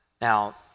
Now